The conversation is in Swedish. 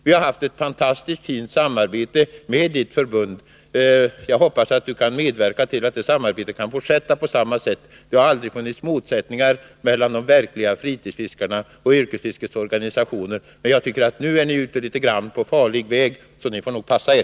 Vi har haft ett fantastiskt fint samarbete med Åke Wictorssons förbund, och jag hoppas att han kan medverka till att det samarbetet fortsätter. Det har aldrig funnits några motsättningar mellan de verkliga fritidsfiskarna och yrkesfiskets organisationer, men nu tycker jag att ni är ute på en farlig väg, så ni får nog passa er: